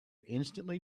instantly